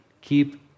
keep